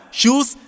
shoes